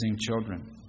children